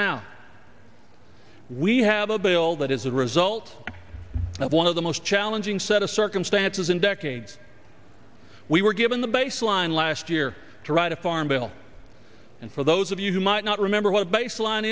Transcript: now we have a bill that is a result of one of the most challenging set of circumstances in decades we were given the baseline last year to write a farm bill and for those of you who might not remember what baseline